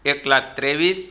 એક લાખ ત્રેવીસ